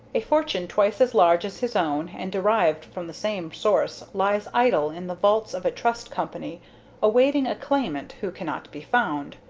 a fortune twice as large as his own, and derived from the same source, lies idle in the vaults of a trust company awaiting a claimant who cannot be found.